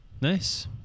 Nice